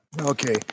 Okay